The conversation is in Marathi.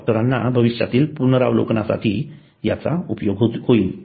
डॉक्टरांना भविष्यातील पुनरावलोकनासाठी याचा उपयोग होईल